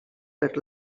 per